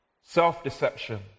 self-deception